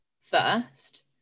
first